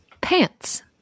Pants